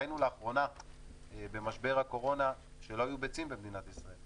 ראינו לאחרונה במשבר הקורונה שלא היו ביצים במדינת ישראל,